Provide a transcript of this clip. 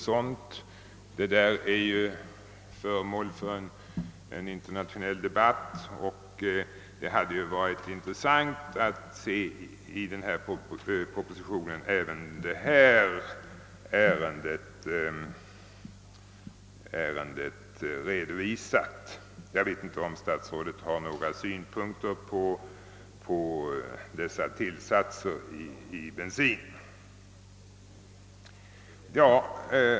Den frågan är föremål för en internationell debatt, och det hade varit intressant att se även detta ärende redovisat i propositionen. Jag vet inte om statsrådet har några synpunkter på dessa tillsatser i bensinen.